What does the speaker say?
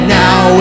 now